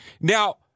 Now